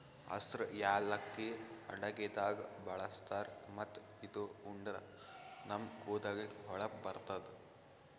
ಹಸ್ರ್ ಯಾಲಕ್ಕಿ ಅಡಗಿದಾಗ್ ಬಳಸ್ತಾರ್ ಮತ್ತ್ ಇದು ಉಂಡ್ರ ನಮ್ ಕೂದಲಿಗ್ ಹೊಳಪ್ ಬರ್ತದ್